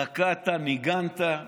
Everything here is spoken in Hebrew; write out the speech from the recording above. רקדת, ניגנת.